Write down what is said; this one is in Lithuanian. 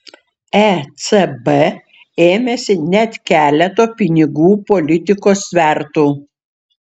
ecb ėmėsi net keleto pinigų politikos svertų